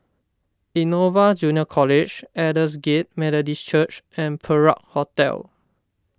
Innova Junior College Aldersgate Methodist Church and Perak Hotel